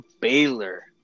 Baylor